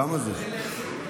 כמה זה?